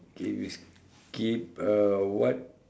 okay we skip uh what